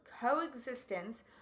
coexistence